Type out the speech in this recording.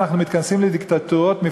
מחביא אותם בצד,